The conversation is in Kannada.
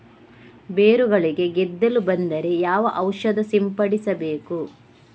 ಬೇರುಗಳಿಗೆ ಗೆದ್ದಲು ಬಂದರೆ ಯಾವ ಔಷಧ ಸಿಂಪಡಿಸಬೇಕು?